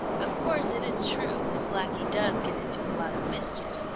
of course it is true that blacky does get into a lot of mischief,